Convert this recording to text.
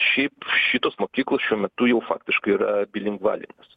šiaip šitos mokyklos šiuo metu jau faktiškai yra bilingvalinės